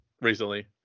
Recently